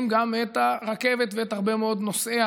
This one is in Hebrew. גם את הרכבת ואת הרבה מאוד נוסעיה,